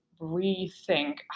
rethink